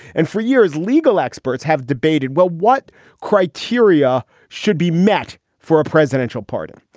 and for years, legal experts have debated, well, what criteria should be met for a presidential pardon?